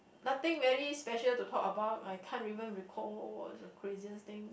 nothing very special to talk about I can't even recall what was the craziest thing